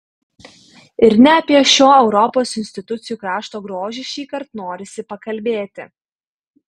ir ne apie šio europos institucijų krašto grožį šįkart norisi pakalbėti